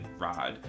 rod